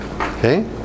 okay